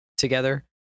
together